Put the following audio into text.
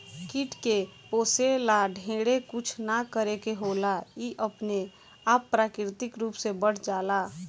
कीट के पोसे ला ढेरे कुछ ना करे के होला इ अपने आप प्राकृतिक रूप से बढ़ जाला